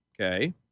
Okay